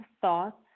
thoughts